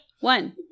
One